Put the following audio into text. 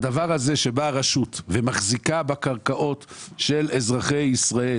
הדבר הזה שבאה רשות ומחזיקה בקרקעות של אזרחי ישראל